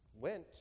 went